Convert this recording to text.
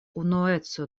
unueco